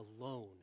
alone